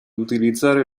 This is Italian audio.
utilizzare